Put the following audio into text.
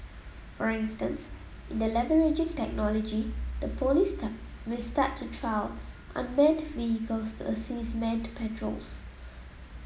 for instance in the leveraging technology the police will start to trial unmanned vehicles to assist manned patrols